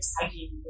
exciting